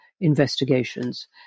investigations